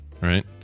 Right